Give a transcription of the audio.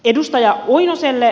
edustaja oinoselle